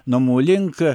namų link